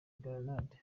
grenades